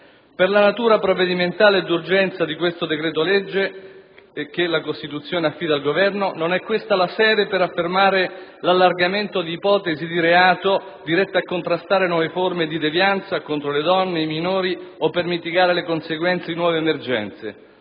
Per la natura provvedimentale e d'urgenza di questo decreto-legge, che la Costituzione affida al Governo, non è questa la sede per affermare l'allargamento di ipotesi di reato dirette a contrastare nuove forme di devianza, contro le donne, i minori oppure per mitigare le conseguenze di nuove emergenze,